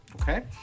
Okay